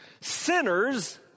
Sinners